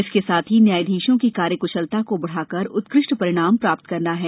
इसके साथ ही न्यायाधीशों की कार्य कुशलता को बढ़ाकर उत्कृष्ट परिणाम प्राप्त करना है